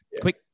Quick